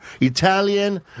Italian